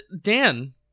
Dan